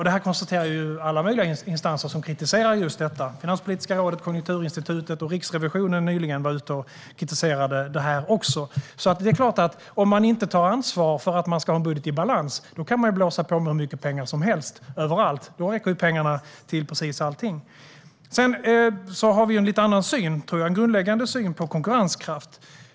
Det konstaterar alla möjliga instanser som kritiserar just detta. Finanspolitiska rådet, Konjunkturinstitutet och nyligen Riksrevisionen var ute och kritiserade det. Om man inte tar ansvar för att man ska ha en budget i balans kan man blåsa på med hur mycket pengar som helst överallt. Då räcker pengarna till precis allting. Vi har en lite annan grundläggande syn på konkurrenskraft.